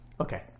Okay